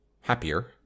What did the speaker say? happier